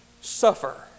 suffer